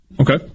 Okay